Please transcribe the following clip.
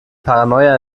paranoia